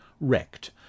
wrecked